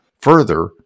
Further